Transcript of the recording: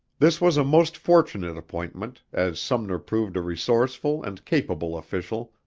this was a most fortunate appointment, as sumner proved a resourceful and capable official,